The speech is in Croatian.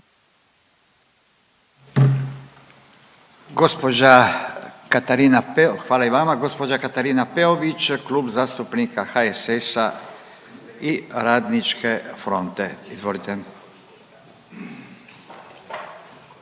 hvala i vama, gospođa Katarina Peović Klub zastupnika HSS-a i Radničke fronte. Izvolite.